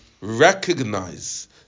recognize